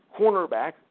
cornerback